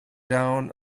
down